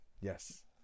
Yes